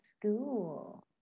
school